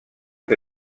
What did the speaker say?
que